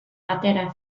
atera